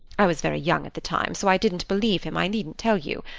i was very young at the time, so i didn't believe him, i needn't tell you.